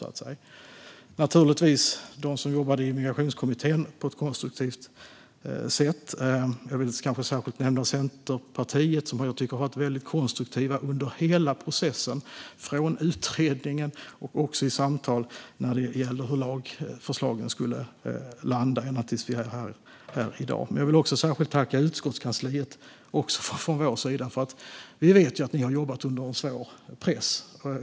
Jag vill naturligtvis nämna dem som jobbade i Migrationskommittén på ett konstruktivt sätt, kanske särskilt Centerpartiet, som jag tycker har varit väldigt konstruktivt under hela processen från utredning och också i samtal när det gäller hur lagförslagen skulle landa, ända dit där vi är i dag. Men jag vill också särskilt tacka utskottskansliet från vår sida. Vi vet ju att ni har jobbat under svår press.